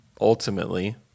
Ultimately